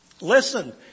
Listen